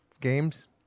games